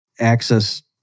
access